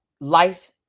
life